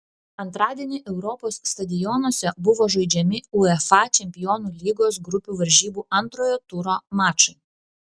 antradienį europos stadionuose buvo žaidžiami uefa čempionų lygos grupių varžybų antrojo turo mačai